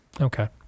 Okay